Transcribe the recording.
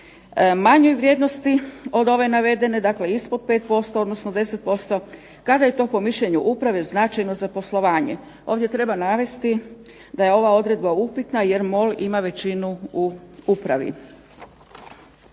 Manjoj vrijednosti od ove navedene dakle ispod 5% odnosno 10% kada je to po mišljenju kada je to po mišljenju uprave značajno za poslovanje. Ovdje treba navesti da je ova upitna jer MOL ima većinu u upravi.